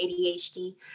ADHD